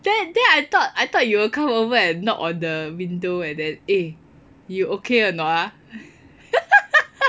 then then I thought I thought you will come over and knock on the window and then eh you okay or not ah